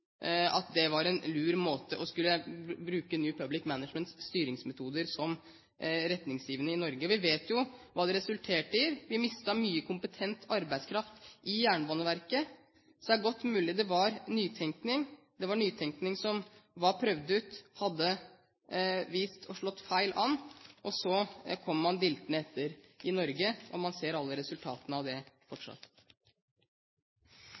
at det var lurt å bruke New Public Managements styringsmetoder som retningsgivende i Norge. Vi vet jo hva det resulterte i: Vi mistet mye kompetent arbeidskraft i Jernbaneverket. Det er godt mulig det var nytenkning. Det var en nytenkning som var prøvd ut, og som hadde vist seg å slå feil, og så kom man diltende etter i Norge. Man ser alle resultatene av det